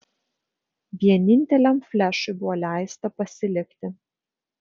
vieninteliam flešui buvo leista pasilikti